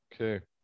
okay